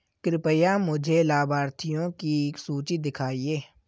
कृपया मुझे लाभार्थियों की सूची दिखाइए